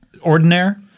ordinaire